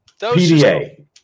PDA